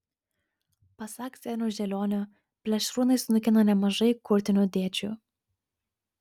pasak zeniaus želionio plėšrūnai sunaikina nemažai kurtinių dėčių